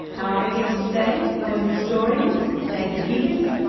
our other guests today were historians david geggus,